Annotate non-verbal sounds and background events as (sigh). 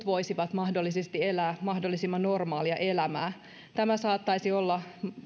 (unintelligible) voisivat mahdollisesti elää mahdollisimman normaalia elämää tämä saattaisi olla